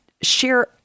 share